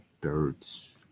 birds